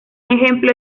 ejemplo